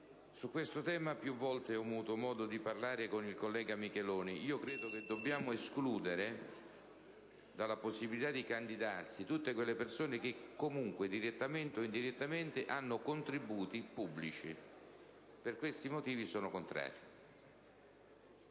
ho avuto più volte modo di parlare con il collega Micheloni. Io ritengo che dobbiamo escludere dalla possibilità di candidarsi tutte quelle persone che, direttamente o indirettamente, hanno contributi pubblici. Per questi motivi, sono contrario